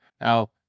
Now